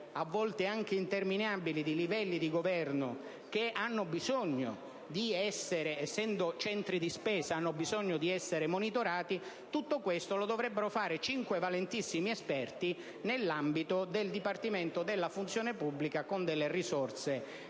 a volte anche interminabile di livelli di governo, che hanno bisogno, essendo centri di spesa, di essere monitorati. Tutto questo lo dovrebbero fare cinque valentissimi esperti nell'ambito del Dipartimento della funzione pubblica con risorse